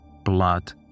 blood